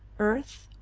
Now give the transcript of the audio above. earth,